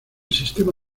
sistema